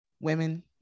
Women